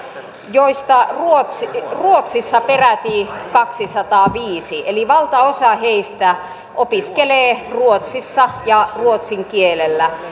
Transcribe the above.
joista ruotsissa ruotsissa peräti kaksisataaviisi eli valtaosa heistä opiskelee ruotsissa ja ruotsin kielellä